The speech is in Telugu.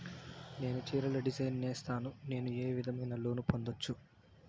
నేను చీరలు డిజైన్ సేస్తాను, నేను ఏ విధమైన లోను పొందొచ్చు